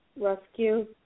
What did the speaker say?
rescue